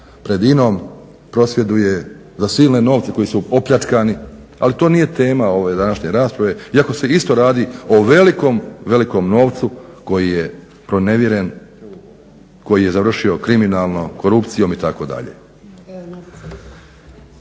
pred INA-om, prosvjeduje za silne novce koji su opljačkani, ali to nije tema ove današnje rasprave, iako se isto radi o velikom, velikom novcu koji je pronevjeren, koji je završio kriminalno, korupcijom itd.